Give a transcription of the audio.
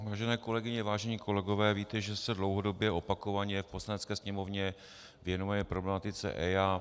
Vážené kolegyně, vážení kolegové, víte, že se dlouhodobě a opakovaně v Poslanecké sněmovně věnujeme problematice EIA.